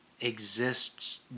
exists